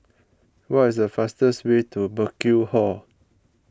what is the fastest way to Burkill Hall